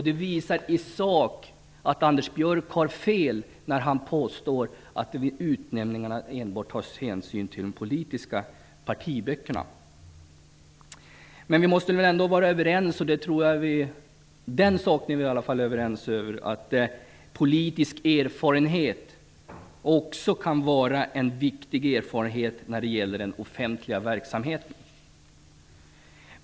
Det visar i sak att Anders Björck har fel när han påstår att det vid utnämningarna enbart tas hänsyn till de politiska partiböckerna. Vi måste väl ändå vara överens - jag tror också att vi är det - om att politisk erfarenhet kan vara en viktig erfarenhet när det gäller den offentliga verksamheten.